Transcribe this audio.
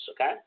okay